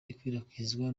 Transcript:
ikwirakwizwa